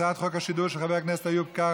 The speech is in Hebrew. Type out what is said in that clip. על הצעת חוק השידור של חבר הכנסת איוב קרא.